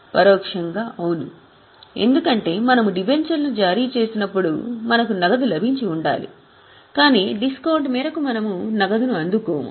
పరోక్షంగా అవును ఎందుకంటే మనము డిబెంచర్లను జారీ చేసేటప్పుడు మనకు నగదు లభించి ఉండాలి కాని డిస్కౌంట్ మేరకు మనము నగదును అందుకోము